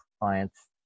clients